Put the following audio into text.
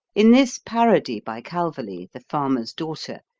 in this parody by calverly, the farmer's daughter,